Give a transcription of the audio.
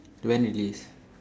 when released